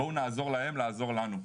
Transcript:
בואו נעזור להם לעזור לנו.